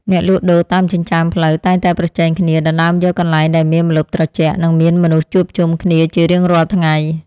អ្នកលក់ដូរតាមចិញ្ចើមផ្លូវតែងតែប្រជែងគ្នាដណ្តើមយកកន្លែងដែលមានម្លប់ត្រជាក់ និងមានមនុស្សជួបជុំគ្នាជារៀងរាល់ថ្ងៃ។